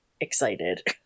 excited